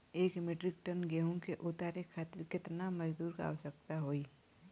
एक metric ton गेहूँ के उतारे खातीर कितना मजदूर क आवश्यकता होई?